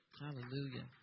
Hallelujah